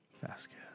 Vasquez